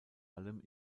allem